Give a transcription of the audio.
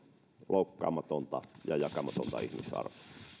loukkaamatonta ja jakamatonta ihmisarvoa